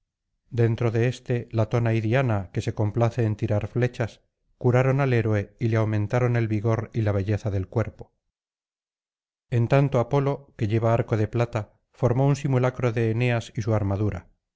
dentro de éste latona y diana que se complace en tirar flechas curaron al héroe y le aumentaron el vigor y la belleza del cuerpo en tanto apolo que lleva arco de plata formó un simulacro de eneas y su armadura